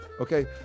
Okay